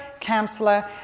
counselor